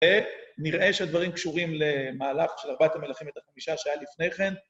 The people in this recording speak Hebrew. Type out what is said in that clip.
ונראה שהדברים קשורים למהלך של ארבעת המלכים ואת החמישה שהיה לפני כן.